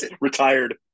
retired